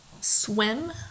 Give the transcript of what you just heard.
Swim